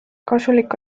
kasulik